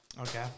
Okay